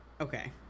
Okay